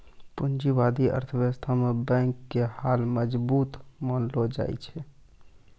पूंजीबादी अर्थव्यवस्था मे बैंक के हाल मजबूत मानलो जाय छै